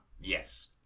Yes